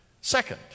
Second